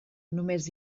només